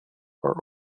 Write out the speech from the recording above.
are